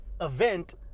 event